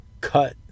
cut